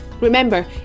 Remember